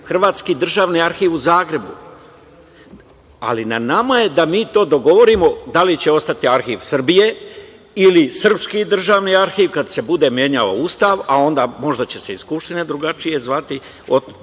Hrvatski državni arhiv u Zagrebu, ali na nama je da mi to dogovorimo da li će ostati Arhiv Srbije ili srpski državni arhiv, kad se bude menjao Ustav, a onda možda će se i Skupština drugačije zvati.